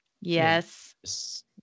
yes